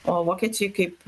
o vokiečiai kaip